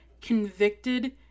convicted